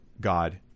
God